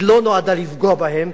היא לא נועדה לפגוע בהם,